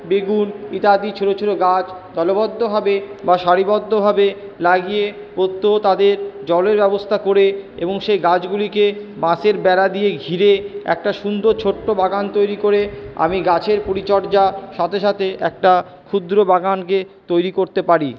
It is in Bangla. বেগুন ইত্যাদি ছোটো ছোটো গাছ দলবদ্ধভাবে বা সারিবদ্ধভাবে লাগিয়ে প্রত্যহ তাদের জলের ব্যবস্থা করে এবং সে গাছগুলিকে বাঁশের বেড়া দিয়ে ঘিরে একটা সুন্দর ছোট্ট বাগান তৈরি করে আমি গাছের পরিচর্যা সাথে সাথে একটা ক্ষুদ্র বাগানকে তৈরি করতে পারি